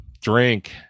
drink